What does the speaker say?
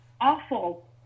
awful